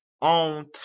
on